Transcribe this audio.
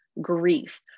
grief